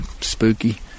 spooky